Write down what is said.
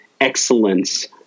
excellence